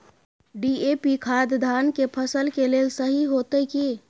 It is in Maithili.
डी.ए.पी खाद धान के फसल के लेल सही होतय की?